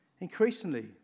Increasingly